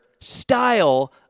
style